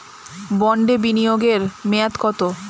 বন্ডে বিনিয়োগ এর মেয়াদ কত?